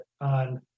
on